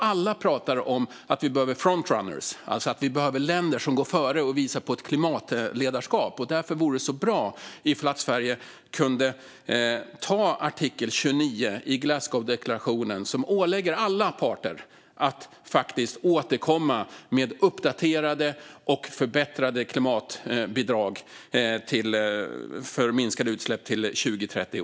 Alla pratar om att vi behöver frontrunners, alltså att vi behöver länder som går före och visar på ett klimatledarskap. Därför vore det så bra om Sverige kunde agera enligt artikel 29 i Glasgowdeklarationen, som ålägger alla parter att återkomma med uppdaterade och förbättrade klimatbidrag för minskade utsläpp till 2030.